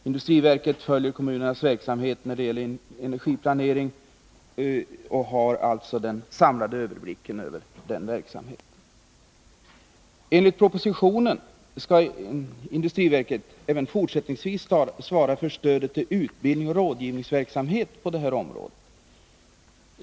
Industriverket följer kommunernas verksamhet när det gäller energiplanering och har alltså den samlade överblicken över den verksamheten. Enligt propositionen skall industriverket även fortsättningsvis svara för stödet till utbildning och rådgivningsverksamhet på det här området.